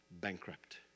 bankrupt